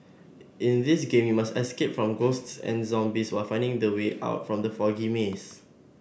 in this game you must escape from ghosts and zombies while finding the way out from the foggy maze